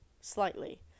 slightly